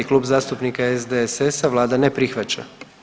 Kluba zastupnika SDSS-a, Vlada ne prihvaća.